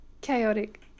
Chaotic